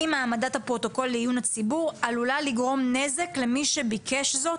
אם העמדת הפרוטוקול לעיון הציבור עלולה לגרום נזק למי שביקש זאת